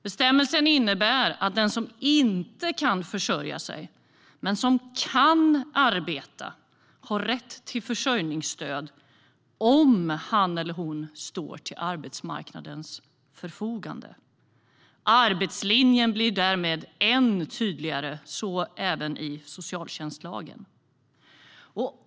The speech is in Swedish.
Bestämmelsen innebär att den som inte kan försörja sig men kan arbeta har rätt till försörjningsstöd om han eller hon står till arbetsmarknadens förfogande. Arbetslinjen blir därmed än tydligare även i socialtjänstlagen.